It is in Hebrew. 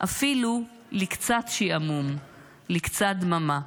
אפילו לקצת שעמום / לקצת דממה.